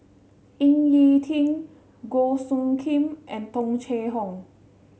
Ying E Ding Goh Soo Khim and Tung Chye Hong